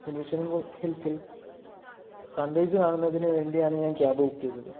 Muneeswaran hill ഹിൽസിൽ sunrise കാണുന്നതിനു വേണ്ടിയാണ് ഞാൻ ക്യാബ് ബുക്ക് ചെയ്തത്